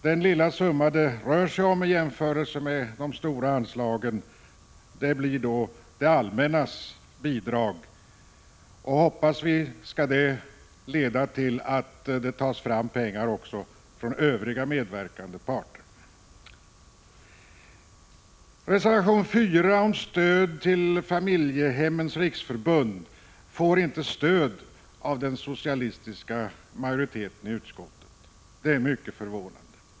Den lilla summa det rör sig om i jämförelse med de stora anslagen blir det allmännas bidrag. Vi hoppas att det skall leda till att pengar tas fram också av övriga medverkande parter. Reservation 4 om stöd till Familjehemmens riksförbund får inte stöd av den socialistiska majoriteten i utskottet. Det är mycket förvånande.